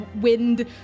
wind